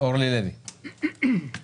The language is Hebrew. אורלי לוי, בבקשה.